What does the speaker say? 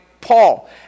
Paul